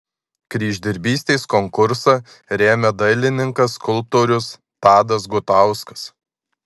kryždirbystės konkursą remia dailininkas skulptorius tadas gutauskas